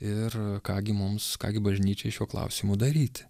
ir ką gi mums ką gi bažnyčiai šiuo klausimu daryti